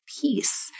peace